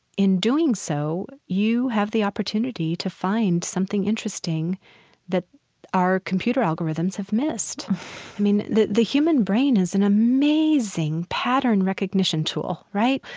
in doing so, you have the opportunity to find something interesting that our computer algorithms have missed i mean, the the human brain is an amazing pattern-recognition tool, right?